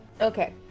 Okay